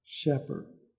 Shepherd